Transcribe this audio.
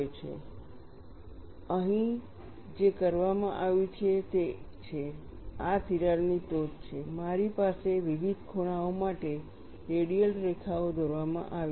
તેથી અહીં જે કરવામાં આવ્યું છે તે છે આ તિરાડની ટોચ છે મારી પાસે વિવિધ ખૂણાઓ માટે રેડિયલ રેખાઓ દોરવામાં આવી છે